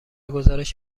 گزارش